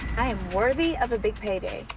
i am worthy of a big payday.